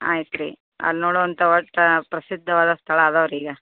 ಆಯ್ತು ರೀ ಅಲ್ಲಿ ನೋಡೋವಂಥಾ ಪ್ರಸಿದ್ಧವಾದ ಸ್ಥಳ ಅದಾವು ರೀ ಈಗ